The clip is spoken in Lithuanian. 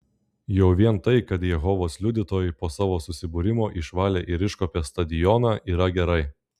jau vien tai kad jehovos liudytojai po savo susibūrimo išvalė ir iškuopė stadioną yra gerai